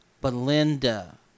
Belinda